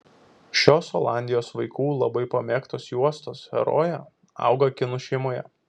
šios olandijos vaikų labai pamėgtos juostos herojė auga kinų šeimoje